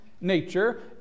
nature